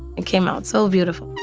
it came out so beautiful